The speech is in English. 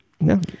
No